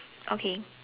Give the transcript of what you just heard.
okay